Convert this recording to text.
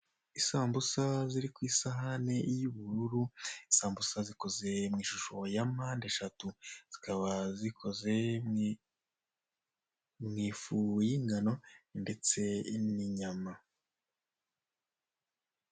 Isambusa ziri ku isahani y' ubururu isambusa zikoze mu ishusho ya mpande eshatu zikaba zikoze mu ifu y' ingano ndetse n' inyama.